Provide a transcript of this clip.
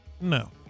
No